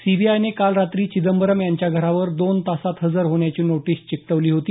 सीबीआयने काल रात्री चिदंबरम यांच्या घरावर दोन तासात हजर होण्याची नोटीस चिकटवली होती